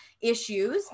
issues